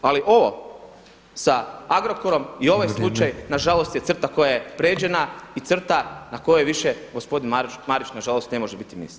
Ali ovo sa Agrokorom i ovaj slučaj [[Upadica predsjednik: Vrijeme.]] na žalost je crta koja je prijeđena i crta na kojoj više gospodin Marić na žalost ne može biti ministar.